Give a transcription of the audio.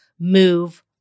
move